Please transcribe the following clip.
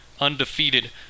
Undefeated